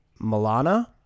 Milana